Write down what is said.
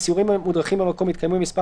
סיורים מודרכים במקום יתקיימו עם מספר